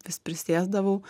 vis prisėsdavau